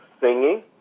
singing